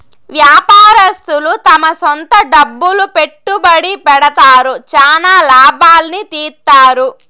వ్యాపారస్తులు తమ సొంత డబ్బులు పెట్టుబడి పెడతారు, చానా లాభాల్ని తీత్తారు